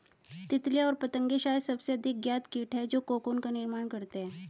तितलियाँ और पतंगे शायद सबसे अधिक ज्ञात कीट हैं जो कोकून का निर्माण करते हैं